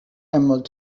emerald